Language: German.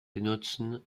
benutzen